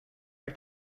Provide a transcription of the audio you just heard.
are